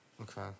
Okay